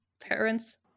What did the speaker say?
parents